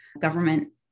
government